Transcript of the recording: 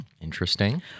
Interesting